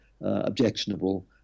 objectionable